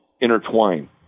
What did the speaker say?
intertwine